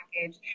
package